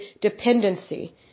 dependency